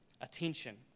attention